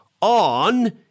on